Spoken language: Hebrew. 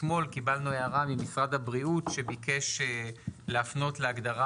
אתמול קיבלנו הערה ממשרד הבריאות שביקש להפנות להגדרה